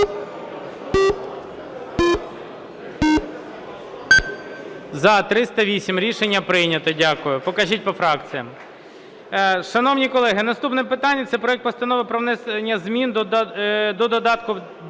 За-308 Рішення прийнято. Дякую. Покажіть по фракціях.